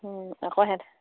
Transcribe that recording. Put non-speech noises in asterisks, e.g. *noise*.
*unintelligible*